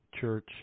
Church